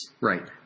Right